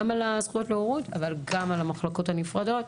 גם על הזכות להורות אבל גם על המחלקות הנפרדות,